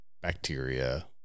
bacteria